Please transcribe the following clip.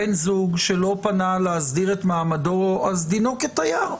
בן זוג שלא פנה להסדיר את מעמדו, אז דינו כתייר.